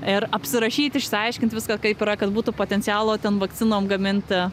ir apsirašyt išsiaiškint viską kaip yra kad būtų potencialo ten vakcinom gaminti